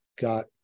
got